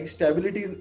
Stability